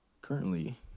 Currently